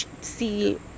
see